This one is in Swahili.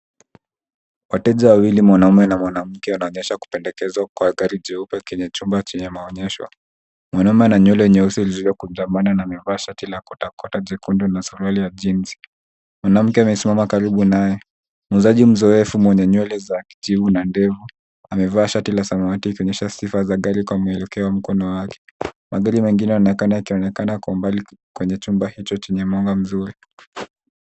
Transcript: Wateja wawili mwanaume na mwanamke wanaonyesha kupendekezkwa kwa gari jeupe yenye chumba cheye maonyesho. Mwanaume ana nywele nyeusi zilizo kunjana na amevaa shati la kotakota jekundu na suruali ya jinzi Mwanamke amesima karibu naye, muuzaji mzoefu mwenye nywele za kijivu na ndevu amevaa shati la samawati yakionyesha sifa za gari kwa mwelokeo wa mkono wake. Magari mengine yanaonekna yakionekana kwa umbali kwenye chumba hicho chenye mwanga mzuri.